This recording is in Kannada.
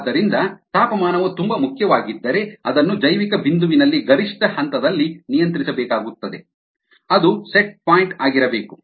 ಆದ್ದರಿಂದ ತಾಪಮಾನವು ತುಂಬಾ ಮುಖ್ಯವಾಗಿದ್ದರೆ ಅದನ್ನು ಜೈವಿಕ ಬಿಂದುವಿನಲ್ಲಿ ಗರಿಷ್ಠ ಹಂತದಲ್ಲಿ ನಿಯಂತ್ರಿಸಬೇಕಾಗುತ್ತದೆ ಅದು ನಿರ್ದಿಷ್ಟ ಬಿಂದು ಆಗಿರಬೇಕು